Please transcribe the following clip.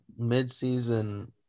midseason